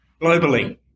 globally